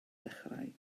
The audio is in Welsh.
ddechrau